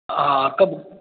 हाँ कब